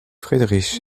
friedrich